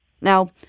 Now